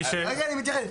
אז רגע, אני מתייחס.